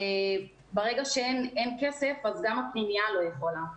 ברגע שאין כסף, אז גם הפנימייה לא יכולה.